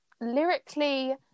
lyrically